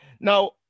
now